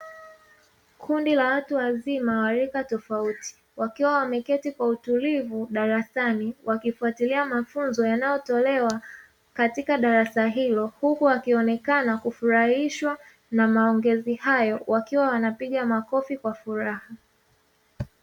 Kundi la watu wazima wa rika tofauti, wakiwa wameketi kwa utulivu darasani, wakifuatilia mafunzo yanayotolewa katika darasa hilo, huku wakionekana kufurahishwa na maongezi hayo, wakiwa wanapiga makofi kwa furaha.